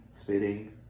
Spitting